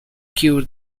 cure